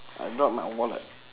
I drop my wallet